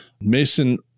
Mason